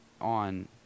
on